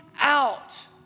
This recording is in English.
out